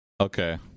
okay